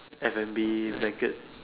F&B banquets